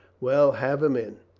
well. have him in.